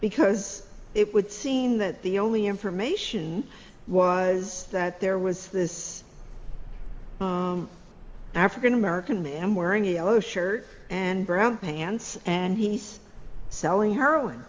because it would seem that the only information was that there was this african american man wearing a yellow shirt and brown pants and he's selling heroin